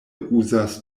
uzas